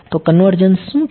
તો કન્વર્જન્સ શું છે